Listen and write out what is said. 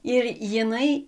ir jinai